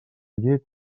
llit